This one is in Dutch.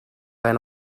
zijn